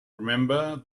remember